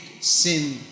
sin